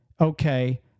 okay